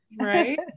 right